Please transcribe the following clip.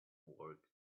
work